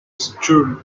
school